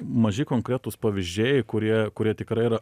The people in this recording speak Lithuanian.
maži konkretūs pavyzdžiai kurie kurie tikrai yra